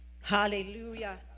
Hallelujah